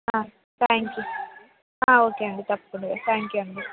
thank you okay అండి తప్పకుండా thank you అండి